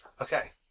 Okay